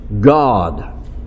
God